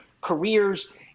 careers